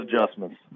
adjustments